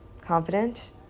confident